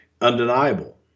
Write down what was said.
undeniable